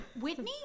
whitney